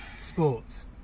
Sports